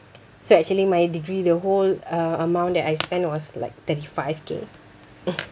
so actually my degree the whole uh amount that I spend was like thirty five K